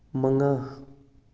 ꯃꯉꯥ